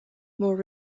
more